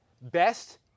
Best